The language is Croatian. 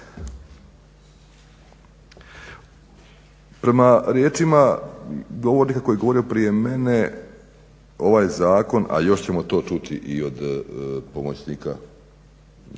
Prema riječima govornika koji je govorio prije mene, ovaj zakon a još ćemo to čuti od pomoćnika